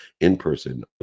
in-person